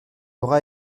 laura